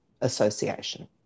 association